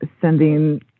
sending